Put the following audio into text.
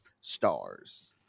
stars